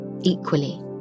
equally